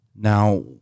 Now